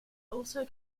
also